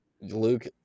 Luke